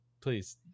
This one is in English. Please